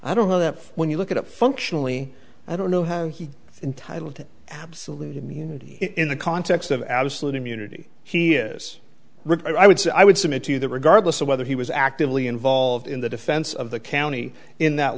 i don't know that when you look at it functionally i don't know how he entitle to absolute immunity in the context of absolute immunity he is i would say i would submit to you that regardless of whether he was actively involved in the defense of the county in that